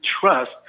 trust